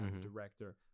director